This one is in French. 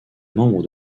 membres